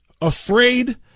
afraid